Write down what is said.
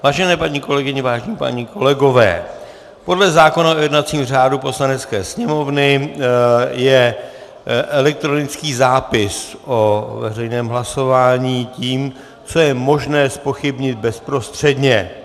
Vážené paní kolegyně, vážení páni kolegové, podle zákona o jednacím řádu Poslanecké sněmovny je elektronický zápis o veřejném hlasování tím, co je možné zpochybnit bezprostředně.